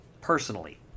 Personally